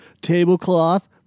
tablecloth